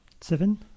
Seven